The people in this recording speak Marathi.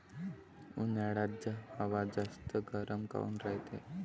उन्हाळ्यात हवा जास्त गरम काऊन रायते?